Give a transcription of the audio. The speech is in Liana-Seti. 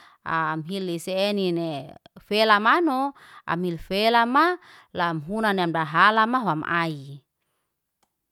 Am hili se eni ne felama no, am hil felama, lam huna nem dahala ma wam ai